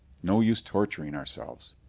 no use torturing ourselves.